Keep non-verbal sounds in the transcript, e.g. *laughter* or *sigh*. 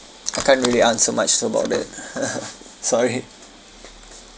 I can't really answer much about it *laughs* sorry